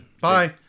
Bye